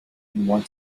want